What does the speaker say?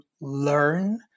learn